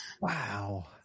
Wow